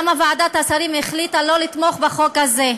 למה ועדת השרים החליטה לא לתמוך בחוק הזה.